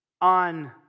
On